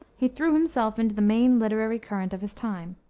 he threw himself into the main literary current of his time.